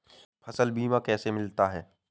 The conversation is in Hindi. फसल बीमा कैसे मिलता है?